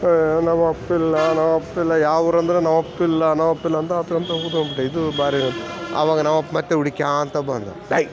ಹೇ ನಮ್ಮ ಅಪ್ಪಿಲ್ಲ ನಮ್ಮ ಅಪ್ಪಿಲ್ಲ ಯಾವ ಊರು ಅಂದ್ರೆ ನಮ್ಮ ಅಪ್ಪ ಇಲ್ಲ ನಮ್ಮ ಅಪ್ಪ ಇಲ್ಲ ಅಂತ ಅತ್ಕೊಂತ ಕೂತ್ಕೊಂಡು ಬಿಟ್ಟೆ ಇದು ಭಾರೀ ಅವಾಗ ನಮ್ಮ ಅಪ್ಪ ಮತ್ತು ಹುಡುಕ್ಯಾಂತ ಬಂದ ಎಯ್